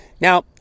Now